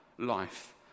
life